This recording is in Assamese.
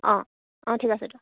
অঁ অঁ ঠিক আছে দিয়ক